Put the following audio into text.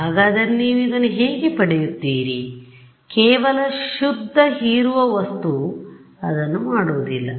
ಹಾಗದರೆ ನೀವು ಇದನ್ನು ಹೇಗೆ ಪಡೆಯುತ್ತೀರಿ ಕೇವಲ ಶುದ್ಧ ಹೀರುವವಸ್ತುವು ಅದನ್ನು ಮಾಡುವುದಿಲ್ಲ